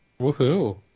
Woohoo